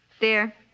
dear